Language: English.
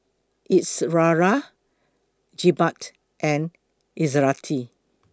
Izara Jebat and Izzati